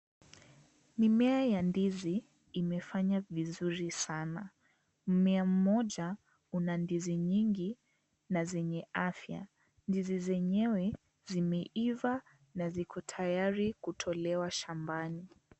Mimea ya ndizi imefanya vizuri sana . Mmea mmoja una ndizi nyingi na zenye afya . Ndizi zenyewe zimeiva na ziko tayari kutolewa shambani .